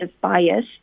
bias